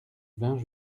vingt